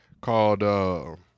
called